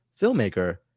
filmmaker